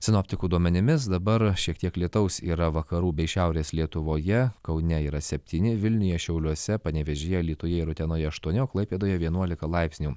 sinoptikų duomenimis dabar šiek tiek lietaus yra vakarų bei šiaurės lietuvoje kaune yra septyni vilniuje šiauliuose panevėžyje alytuje ir utenoje aštuoni klaipėdoje vienuolika laipsnių